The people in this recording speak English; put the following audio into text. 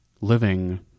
living